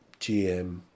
GM